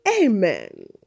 Amen